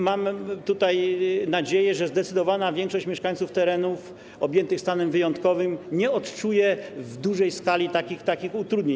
Mam nadzieję, że zdecydowana większość mieszkańców terenów objętych stanem wyjątkowym nie odczuje w dużej skali takich utrudnień.